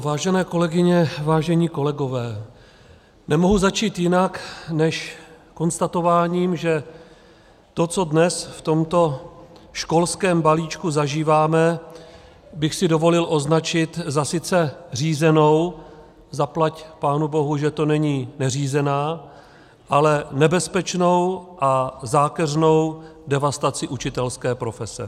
Vážené kolegyně, vážení kolegové, nemohu začít jinak než konstatováním, že to, co dnes v tomto školském balíčku zažíváme, bych si dovolil označit za sice řízenou, zaplať pánu bohu, že to není neřízená, ale nebezpečnou a zákeřnou devastaci učitelské profese.